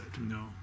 No